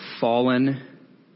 fallen